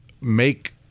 make